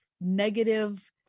negative